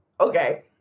okay